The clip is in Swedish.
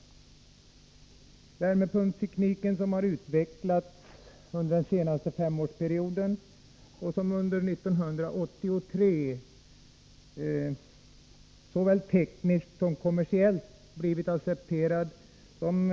området Värmepumpstekniken, som utvecklats under den senaste femårsperioden, har under 1983 blivit såväl tekniskt som kommersiellt accepterad som